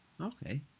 Okay